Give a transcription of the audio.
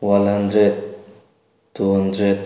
one hundred two hundred